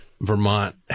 Vermont